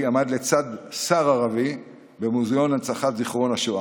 עמד לצד שר ערבי במוזיאון הנצחת זיכרון השואה.